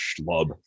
schlub